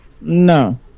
No